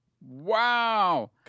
Wow